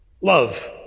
Love